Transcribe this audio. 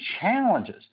challenges